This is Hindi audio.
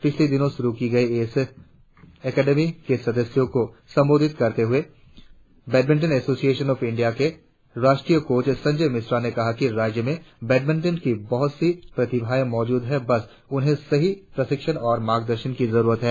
पिछले दिनों शुरु की गई इस एकेडमी के सदस्यों को संबोधित करते हुए बैडमिंटन एसोसियेशन ऑफ इंडिया के राष्ट्रीय कोच संजय मिश्रा ने कहा कि राज्य में बैडमिंटन की बहुत सी प्रतिभाए मौजूद है बस उन्हें सही प्रशिक्षण और मार्गदर्शन की जरुरत है